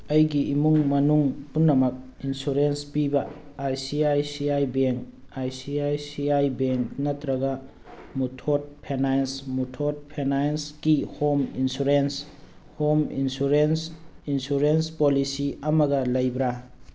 ꯑꯩꯒꯤ ꯏꯃꯨꯡ ꯃꯅꯨꯡ ꯄꯨꯝꯅꯃꯛ ꯏꯟꯁꯨꯔꯦꯟꯁ ꯄꯤꯕ I C I C I bank I C I C I bank ꯅꯠꯇ꯭ꯔꯒ ꯃꯨꯊꯣꯠ ꯐꯦꯅꯥꯟꯁ ꯃꯨꯊꯣꯠ ꯐꯦꯅꯥꯟꯁꯀꯤ home insurance home insurance insurance policy ꯑꯃꯒ ꯂꯩꯕ꯭ꯔꯥ